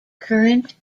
current